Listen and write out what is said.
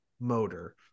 motor